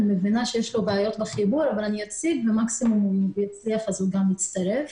אני מבינה שיש לו בעיות בחיבור אז אני אציג ואם הוא יצליח הוא גם יצטרף.